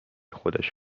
خودش